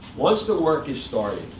once the work is started,